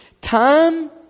Time